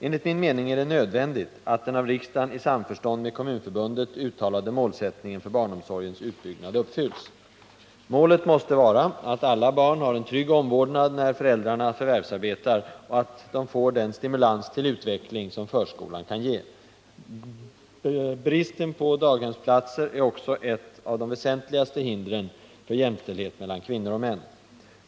Enligt min mening är det nödvändigt att den av riksdagen i samförstånd med Kommunförbundet uttalade målsättningen för barnomsorgens utbyggnad uppfylls. Målet måste vara att alla barn har en trygg omvårdnad när föräldrarna förvärvsarbetar och att de får den stimulans till utveckling som förskolan kan ge. Bristen på daghemsplatser är också ett av de väsentligaste hindren för jämställdhet mellan kvinnor och män.